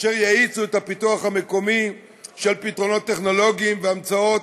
אשר יאיצו פיתוח מקומי של פתרונות טכנולוגיים והמצאות,